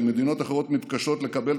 שמדינות אחרות מתקשות לקבל,